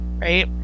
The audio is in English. Right